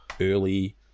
early